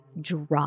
drop